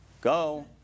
go